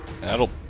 That'll